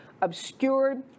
obscured